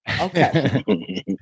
Okay